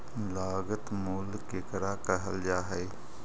लागत मूल्य केकरा कहल जा हइ?